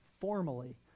formally